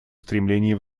стремлении